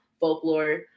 folklore